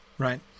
right